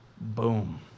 Boom